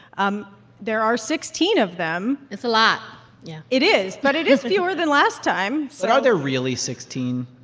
um there are sixteen of them it's a lot. yeah it is, but it is fewer than last time. so. but are there really sixteen?